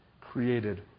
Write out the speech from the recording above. created